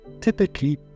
typically